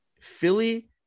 Philly